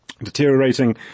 Deteriorating